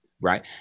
right